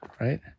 right